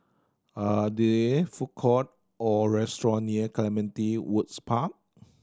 are there food court or restaurant near Clementi Woods Park